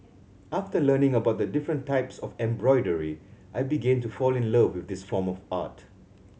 after learning about the different types of embroidery I began to fall in love with this form of art